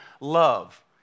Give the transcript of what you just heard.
love